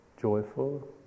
joyful